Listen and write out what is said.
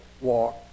walk